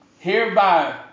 Hereby